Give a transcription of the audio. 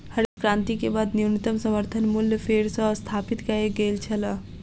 हरित क्रांति के बाद न्यूनतम समर्थन मूल्य फेर सॅ स्थापित कय गेल छल